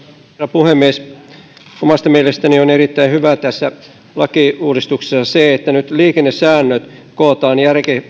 puhemies omasta mielestäni on erittäin hyvää tässä lakiuudistuksessa se että nyt liikennesäännöt kootaan